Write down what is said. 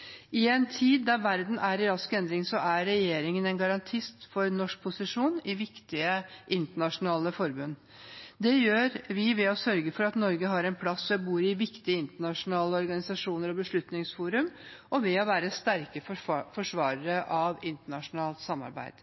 sørge for at Norge har en plass ved bordet i viktige internasjonale organisasjoner og beslutningsforum, og ved å være sterke forsvarere av internasjonalt samarbeid.